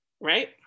Right